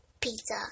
Pizza